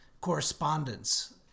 correspondence